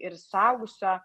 ir suaugusio